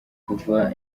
kuva